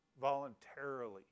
voluntarily